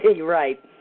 Right